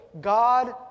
God